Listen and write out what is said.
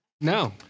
No